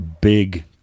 big